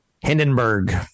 Hindenburg